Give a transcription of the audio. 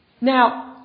Now